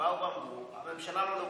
שבאו ואמרו: הממשלה לא לרוחנו,